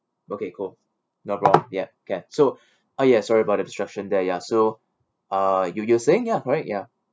okay go no problem ya can so ah yes sorry about the distraction there ya so uh you you'er saying ya correct ya